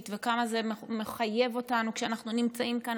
וכמה זה מחייב אותנו כשאנחנו נמצאים כאן,